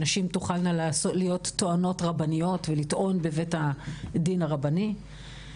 שנשים תוכלנה להיות טוענות רבניות ולטעון בבית הדין הרבני.